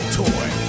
toy